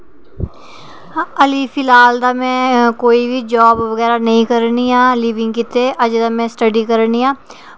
हल्ली फिलहाल में कोई बी जॉब निं करा नी आं लिविंग गित्तै हल्ली ते में स्टडी करा नी आं